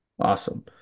awesome